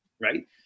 right